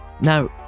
Now